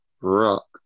Rock